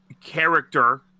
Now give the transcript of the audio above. character